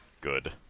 good